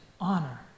honor